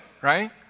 right